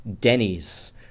Denny's